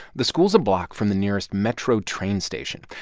the school's a block from the nearest metro train station.